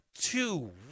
two